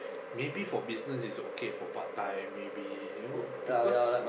maybe for business is okay for part time maybe you know because